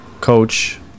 coach